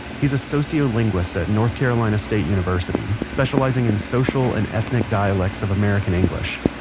he's a sociolinguist at north carolina state university, specializing in social and ethnic dialects of american english.